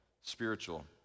spiritual